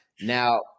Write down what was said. now